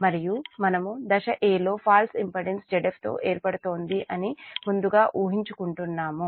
మరియు మనము దశ a లో ఫాల్ట్ ఇంపిడెన్స్ Zf తో ఏర్పడుతోంది అని ముందుగా ఊహించుకుంటున్నాము